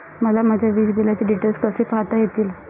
मला माझ्या वीजबिलाचे डिटेल्स कसे पाहता येतील?